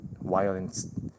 violence